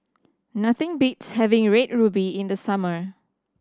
nothing beats having Red Ruby in the summer